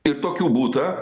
ir tokių būta